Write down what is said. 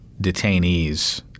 detainees